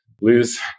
lose